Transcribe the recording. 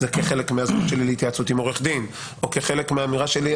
כחלק מהזכות שלי להתייעצות עם עורך דין או כחלק מהאמירה שלי,